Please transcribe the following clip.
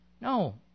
No